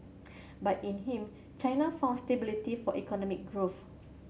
but in him China found stability for economic growth